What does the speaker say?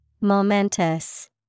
Momentous